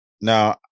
Now